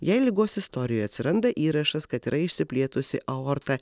jei ligos istorijoje atsiranda įrašas kad yra išsiplėtusi aorta